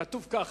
כתוב כך: